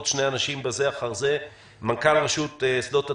שני אנשים בזה אחר זה: מנכ"ל רשות שדות התעופה,